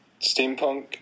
Steampunk